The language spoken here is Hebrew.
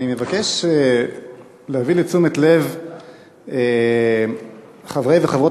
אני מבקש להביא לתשומת לב חברי וחברות